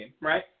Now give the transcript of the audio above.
right